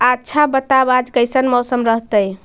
आच्छा बताब आज कैसन मौसम रहतैय?